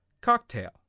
cocktail